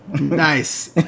Nice